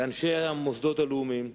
ואנשי המוסדות הלאומיים,